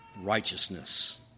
righteousness